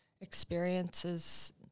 experiences